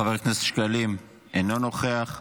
חבר הכנסת שקלים, אינו נוכח.